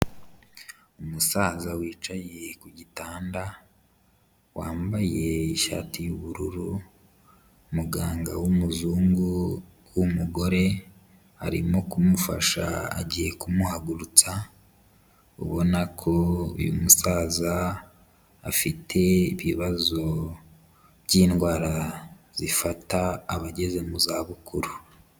Umusaza wicaye ku gitanda, wambaye ishati y'ubururu, muganga w'umuzungu w'umugore, arimo kumufasha agiye kumuhagurutsa, ubona ko uyu musaza, afite ibibazo by'indwara zifata abageze mu zabukuru.